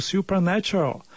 Supernatural